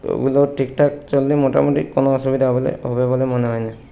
ওগুলো ঠিকঠাক চললে মোটামুটি কোনো অসুবিধা হলে হবে বলে মনে হয় না